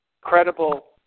credible